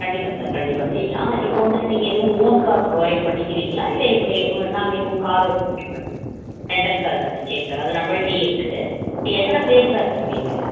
கண்டிப்பாக சார் கண்டிப்பாக செய்யலாம் இப்போ வந்துவிட்டு நீங்கள் எதுவும் ஓன் கார் ப்ரொவைட் பண்ணிக்குறீங்களா இல்லை எப்படி நாங்கள் எதுவும் காரு ப்ரொவைட் பண்ணனுமா ரெண்ட்டல் கார் தானே சரி சார் அது நம்பள்ட்டையே இருக்கு எத்தனை பேர் சார் வருவீங்க